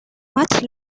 much